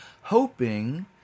hoping